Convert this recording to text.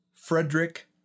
Frederick